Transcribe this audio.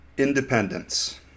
Independence